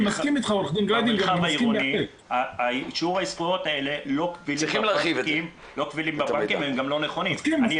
האלה לא קבילים בבנקים והם גם לא נכונים.